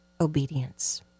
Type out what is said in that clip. obedience